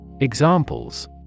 Examples